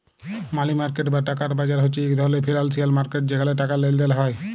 মালি market বা টাকার বাজার হছে ইক ধরলের ফিল্যালসিয়াল মার্কেট যেখালে টাকার লেলদেল হ্যয়